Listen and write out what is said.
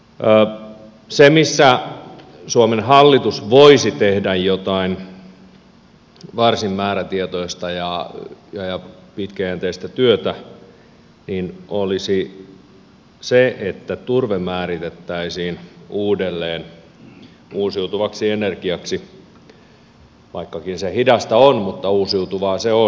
se missä suomen hallitus voisi tehdä jotain varsin määrätietoista ja pitkäjänteistä työtä olisi se että turve määritettäisiin uudelleen uusiutuvaksi energiaksi vaikkakin se on hidasta uusiutuvaa se on